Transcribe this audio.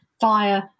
via